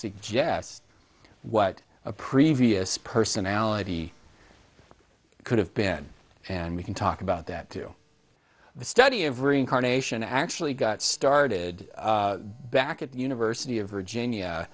suggest what a previous personality could have been and we can talk about that too the study of reincarnation actually got started back at the university of virginia